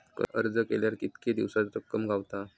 अर्ज केल्यार कीतके दिवसात रक्कम गावता?